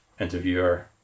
interviewer